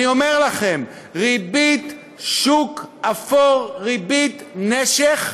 אני אומר לכם, ריבית שוק אפור, ריבית נשך,